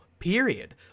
period